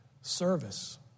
Service